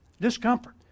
Discomfort